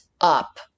up